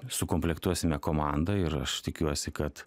sukomplektuosime komandą ir aš tikiuosi kad